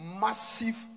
massive